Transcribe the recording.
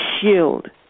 shield